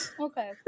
Okay